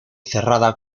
cerrada